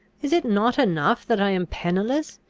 is it not enough that i am pennyless?